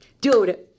Dude